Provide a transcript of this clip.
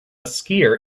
skier